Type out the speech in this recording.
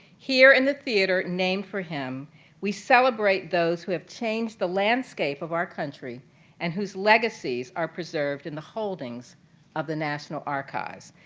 here in the theatre named for him we celebrate those who have changed the landscape of our country and whose legacies are preserved in the holdings of the national archives.